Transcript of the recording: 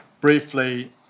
briefly